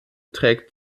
trägt